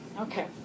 Okay